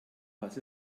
was